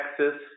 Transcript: Texas